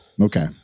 Okay